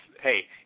hey